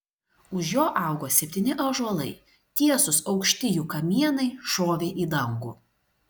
už jo augo septyni ąžuolai tiesūs aukšti jų kamienai šovė į dangų